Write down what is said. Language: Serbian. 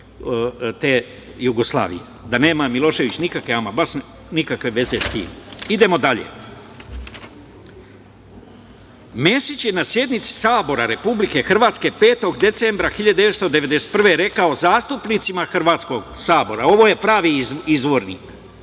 te Jugoslavije. Da nema Milošević ama baš nikakve veze sa tim. Idemo dalje, Mesić je na sednici Sabora Republike Hrvatske 5. decembra 1991. godine rekao zastupnicima hrvatskog Sabora, ovo je pravi izvorni,